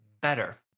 better